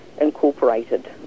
incorporated